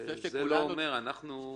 לעומת זאת אצל אחרים זה בדיוק הפוך.